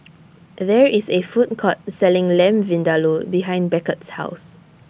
There IS A Food Court Selling Lamb Vindaloo behind Beckett's House